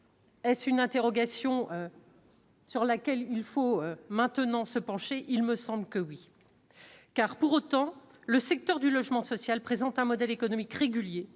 Est-ce une interrogation. Sur laquelle il faut maintenant se pencher, il me semble que oui car, pour autant, le secteur du logement social présente un modèle économique régulier